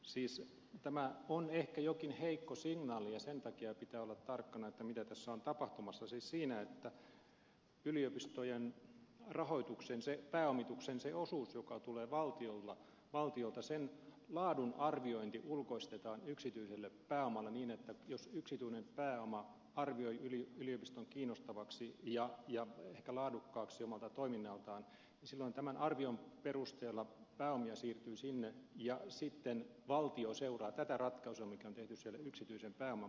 siis tämä on ehkä jokin heikko signaali ja sen takia pitää olla tarkkana mitä tässä on tapahtumassa siis siinä että yliopistojen rahoituksen pääomituksen sen osuuden joka tulee valtiolta laadun arviointi ulkoistetaan yksityiselle pääomalle niin että jos yksityinen pääoma arvioi yliopiston kiinnostavaksi ja ehkä laadukkaaksi omalta toiminnaltaan niin silloin tämän arvion perusteella pääomia siirtyy sinne ja sitten valtio seuraa tätä ratkaisua mikä on tehty siellä yksityisen pääoman puolella